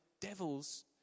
devil's